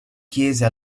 chiese